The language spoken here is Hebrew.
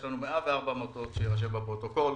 שיש לה אישור ניהול תקין